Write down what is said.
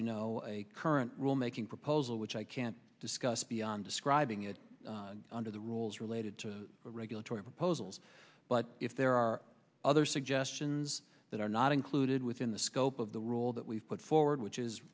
you know a current rule making proposal which i can't discuss beyond describing it under the rules related to regulatory proposals but if there are other suggestions that are not included within the scope of the rule that we've put forward which is